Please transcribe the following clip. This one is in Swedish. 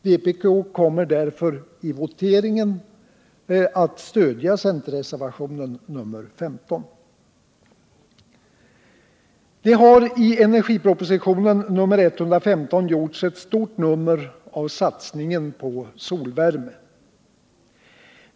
Vpk kommer därför att vid voteringen i andra hand stödja centerreservationen nr 15. Det har i energipropositionen 115 gjorts ett stort nummer av satsningen på solvärme.